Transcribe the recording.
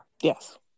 Yes